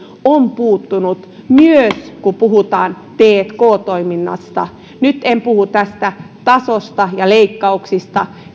on puuttunut kun puhutaan tk toiminnasta nyt en puhu tästä tasosta ja leikkauksista